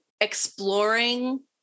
exploring